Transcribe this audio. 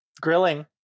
grilling